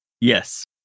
Yes